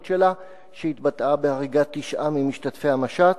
שלה שהתבטאה בהריגת תשעה ממשתתפי המשט.